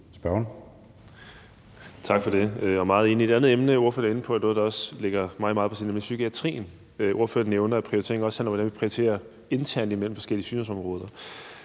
Lindgreen (RV): Tak for det. Jeg er meget enig. Et andet emne, ordføreren er inde på, er noget, som også ligger mig meget på sinde, nemlig psykiatrien. Ordføreren nævner, at prioriteringen også har noget at gøre med, hvordan vi prioriterer internt imellem de forskellige sygdomsområder.